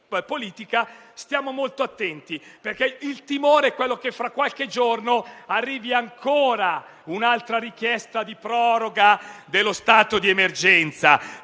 politica, stiamo molto attenti, perché il timore è quello che, fra qualche giorno, arrivi ancora un'altra richiesta di proroga dello stato di emergenza.